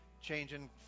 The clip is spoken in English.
changing